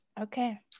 Okay